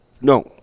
No